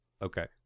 Okay